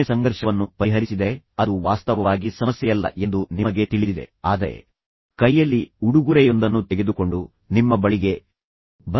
ಒಮ್ಮೆ ಸಂಘರ್ಷವನ್ನು ಪರಿಹರಿಸಿದರೆ ಅದು ವಾಸ್ತವವಾಗಿ ಸಮಸ್ಯೆಯಲ್ಲ ಎಂದು ನಿಮಗೆ ತಿಳಿದಿದೆ ಆದರೆ ಕೈಯಲ್ಲಿ ಉಡುಗೊರೆಯೊಂದನ್ನು ತೆಗೆದುಕೊಂಡು ನಿಮ್ಮ ಬಳಿಗೆ ಬಂದ ಅದು ಒಂದು ಸಮಸ್ಯೆಯಾಗಿದೆ